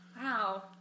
Wow